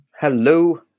Hello